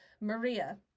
Maria